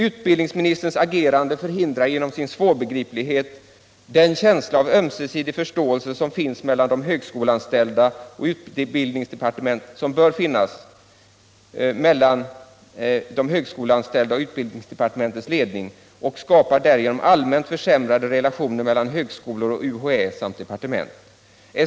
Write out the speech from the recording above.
Utbildningsministerns agerande förhindrar genom sin svårbegriplighet den känsla av ömsesidig förståelse som bör finnas mellan de högskoleanställda och utbildningsdepartementets ledning och skapar därigenom allmänt försämrade relationer mellan högskolor och UHÄ samt departement.